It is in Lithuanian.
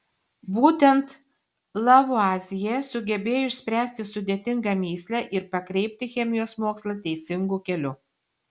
būtent lavuazjė sugebėjo išspręsti sudėtingą mįslę ir pakreipti chemijos mokslą teisingu keliu